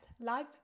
life